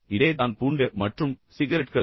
இதே தான் பூண்டு மற்றும் சிகரெட்களுக்கும்